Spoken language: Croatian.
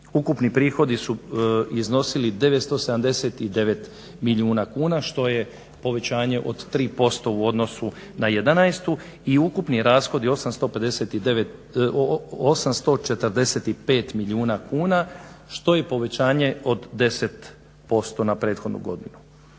Ukupni prihodi su iznosi 979 milijuna kuna što je povećanje od 3% u odnosu na '11. i ukupni rashodi 845 milijuna kuna što je povećanje od 10% na prethodnu godinu.